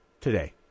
today